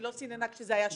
היא סיננה כשזה היה שינון,